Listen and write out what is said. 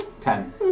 Ten